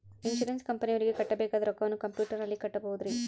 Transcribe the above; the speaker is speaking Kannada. ಇನ್ಸೂರೆನ್ಸ್ ಕಂಪನಿಯವರಿಗೆ ಕಟ್ಟಬೇಕಾದ ರೊಕ್ಕವನ್ನು ಕಂಪ್ಯೂಟರನಲ್ಲಿ ಕಟ್ಟಬಹುದ್ರಿ?